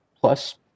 plus